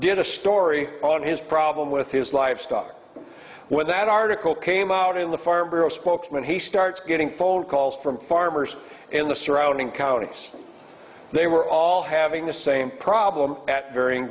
did a story on his problem with his livestock when that article came out in the farm spokesman he starts getting phone calls from farmers in the surrounding counties they were all having the same problem at varying